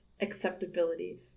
acceptability